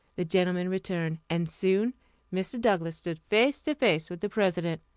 the gentleman returned, and soon mr. douglass stood face to face with the president.